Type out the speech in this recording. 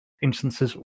instances